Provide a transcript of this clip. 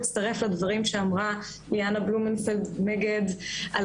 אצטרף לדבריה של ליאנה בלומנפלד מגד על